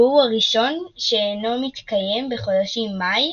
והוא הראשון שאינו מתקיים בחודשים מאי,